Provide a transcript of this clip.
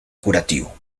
curativo